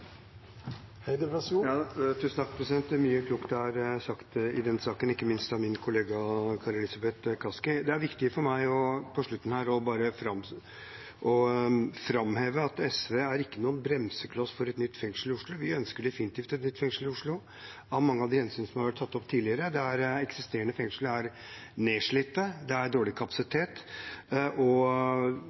sagt i denne saken, ikke minst fra min kollega Kari Elisabeth Kaski. Det er viktig for meg her på slutten å framheve at SV ikke er en bremsekloss for et nytt fengsel i Oslo. Vi ønsker definitivt et nytt fengsel i Oslo, av mange av de hensyn som har vært tatt opp tidligere. Det er at eksisterende fengsel er nedslitt. Det er dårlig kapasitet, og